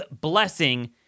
blessing